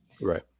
Right